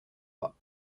pas